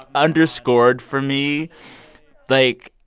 underscored for me like,